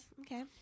okay